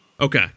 Okay